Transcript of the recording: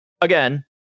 again